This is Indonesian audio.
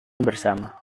bersama